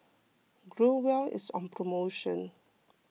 Growell is on promotion